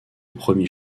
premier